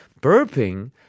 burping